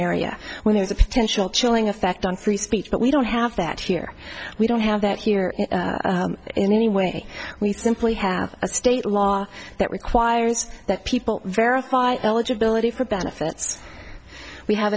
area where there's a potential chilling effect on free speech but we don't have that here we don't have that here anyway we simply have a state law that requires that people verify eligibility for benefits we have